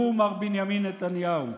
שהוא מר בנימין נתניהו.